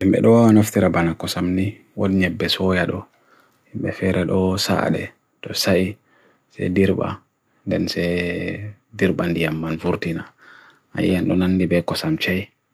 Rhinoceros ɓe nafoore hokkita laawol ɓe, ɓe njahi seede towo yidi ko hayre, ɓe heɓi hokkita njoɓa ngam baɗo ɓe fiiloo puccu.